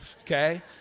okay